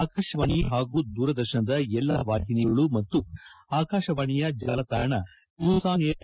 ಆಕಾಶವಾಣಿ ಹಾಗೂ ದೂರದರ್ಶನದ ಎಲ್ಲಾ ವಾಹಿನಿಗಳು ಮತ್ತು ಆಕಾಶವಾಣಿಯ ಜಾಲತಾಣ ನ್ಯೂಸ್ ಆನ್ ಏರ್